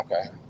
Okay